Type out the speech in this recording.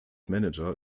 manager